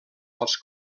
als